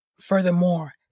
Furthermore